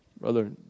Brother